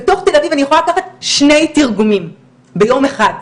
בתוך תל אביב אני יכולה לקחת שני תרגומים ביום אחד.